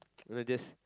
you know just